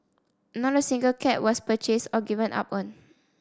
not a single cat was purchased or given up on